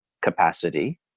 capacity